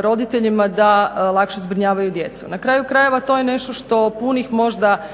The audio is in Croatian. roditeljima da lakše zbrinjavaju djecu. Na kraju krajeva, to je nešto što punih možda